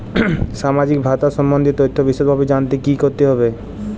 সামাজিক ভাতা সম্বন্ধীয় তথ্য বিষদভাবে জানতে কী করতে হবে?